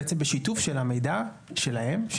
בשיתוף של המידע שלהם,